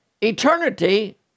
Eternity